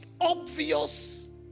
obvious